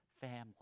family